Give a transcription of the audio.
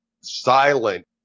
silent